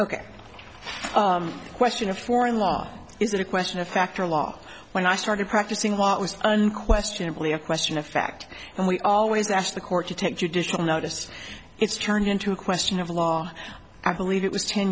ok question of foreign law is that a question of fact or law when i started practicing what was unquestionably a question of fact and we always asked the court to take judicial notice it's turned into a question of law i believe it was ten